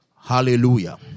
Hallelujah